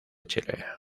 chile